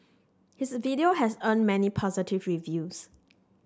his video has earned many positive reviews